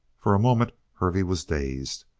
for a moment hervey was dazed.